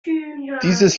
dieses